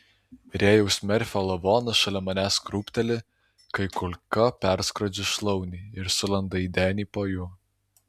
rėjaus merfio lavonas šalia manęs krūpteli kai kulka perskrodžia šlaunį ir sulenda į denį po juo